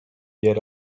yer